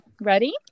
ready